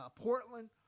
Portland